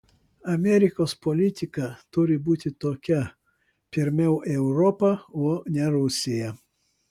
amerikos politika turi būti tokia pirmiau europa o ne rusija